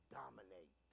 dominate